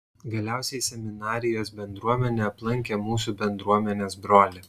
galiausiai seminarijos bendruomenė aplankė mūsų bendruomenės brolį